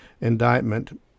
indictment